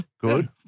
Good